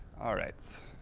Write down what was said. alright.